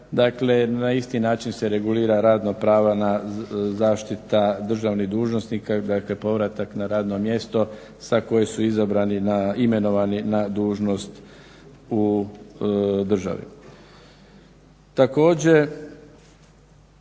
na isti način se regulira radno-pravna zaštita državnih dužnosnika, dakle povratak na radno mjesto sa koje su imenovani na dužnost u državi.